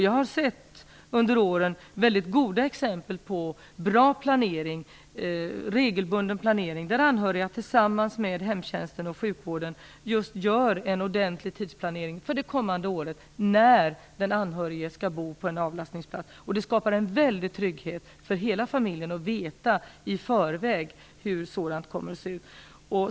Jag har under åren sett väldigt goda exempel på bra och regelbunden planering där anhöriga, tillsammans med hemtjänsten och sjukvården, gör en ordentlig tidsplanering för det kommande året med tanke på när den anhörige skall bo på en avlastningsplats. Det skapar en väldig trygghet för hela familjen att i förväg veta hur det kommer att se ut.